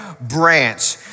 Branch